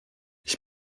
ich